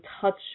touch